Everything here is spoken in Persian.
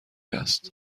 است